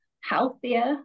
healthier